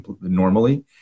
normally